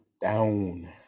down